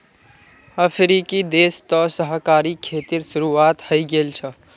अफ्रीकी देश तो सहकारी खेतीर शुरुआत हइ गेल छ